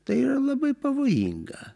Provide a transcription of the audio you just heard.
tai yra labai pavojinga